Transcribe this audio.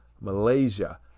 Malaysia